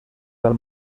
del